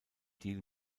deal